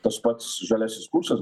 tas pats žaliasis kursas